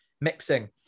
mixing